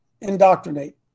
Indoctrinate